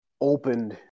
opened